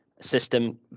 system